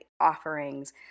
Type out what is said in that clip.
offerings